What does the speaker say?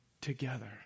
together